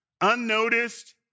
unnoticed